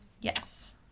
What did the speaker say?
Yes